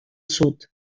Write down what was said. sud